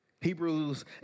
Hebrews